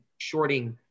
shorting